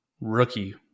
rookie